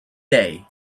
day